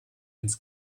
ins